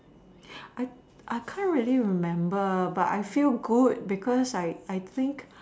I I can't really remember but I feel good because I I think